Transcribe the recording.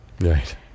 Right